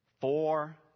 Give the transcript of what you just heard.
Four